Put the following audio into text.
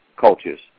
cultures